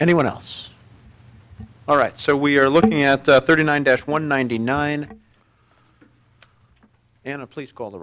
anyone else all right so we're looking at the thirty nine dash one ninety nine and a place called